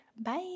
Bye